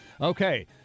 Okay